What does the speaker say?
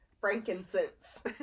frankincense